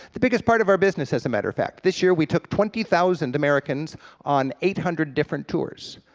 the biggest part of our business, as a matter of fact, this year we took twenty thousand americans on eight hundred different tours,